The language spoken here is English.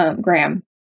Graham